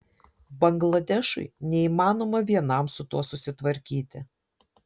bangladešui neįmanoma vienam su tuo susitvarkyti